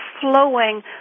flowing